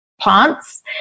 plants